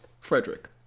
Frederick